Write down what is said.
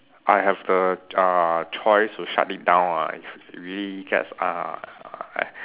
I have the uh choice to shut it down ah if really gets ah